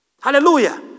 Hallelujah